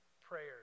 prayers